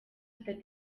itatu